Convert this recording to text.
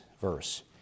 verse